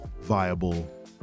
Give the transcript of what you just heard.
viable